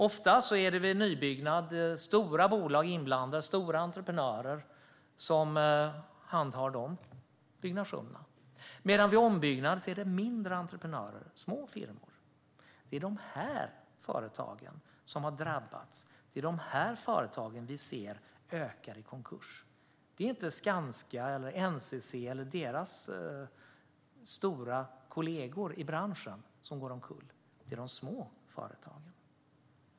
Ofta är det vid nybyggnad stora bolag och entreprenörer som handhar byggnationen medan det vid ombyggnad är mindre entreprenörer och små firmor. Det är dessa företag som har drabbats och vars konkurser vi ser ökar. Det är inte Skanska, NCC eller deras stora branschkollegor som går omkull, utan det är de små företagen.